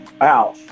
Wow